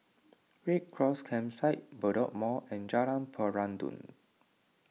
Red Cross Campsite Bedok Mall and Jalan Peradun